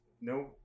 no